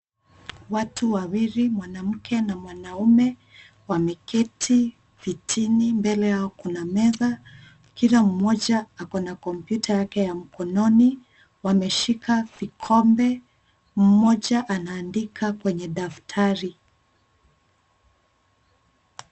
Watu wawili, mwanamke na mwanaume, wameketi vitini. Mbele yao kuna meza. Kila mmoja ako na kompyuta yake ya mkononi. Wameshika vikombe. Mmoja anaandika kwenye daftari.